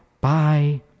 Bye